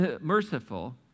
merciful